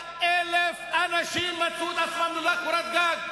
100,000 אנשים מצאו את עצמם ללא קורת גג.